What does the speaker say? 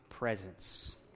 presence